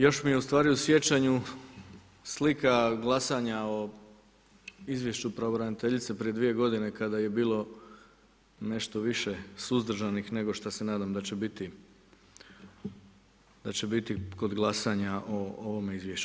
Još mi je ustvari u sjecanju slika glasanja o izvješću pravobraniteljice, prije dvije godine, kada je bilo nešto više suzdržani, nego što se nadam da će biti kod glasanja o ovome izvješću.